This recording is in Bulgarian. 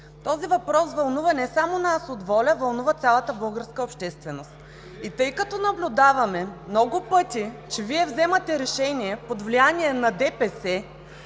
Този въпрос вълнува не само нас, а вълнува цялата българска общественост. Тъй като наблюдаваме много пъти, че Вие вземате решения под влияние на ДПС,